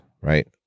right